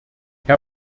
herr